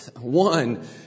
one